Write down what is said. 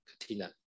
katina